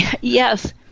Yes